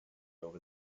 over